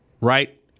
right